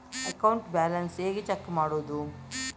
Account balance ಹೇಗೆ check ಮಾಡುವುದು?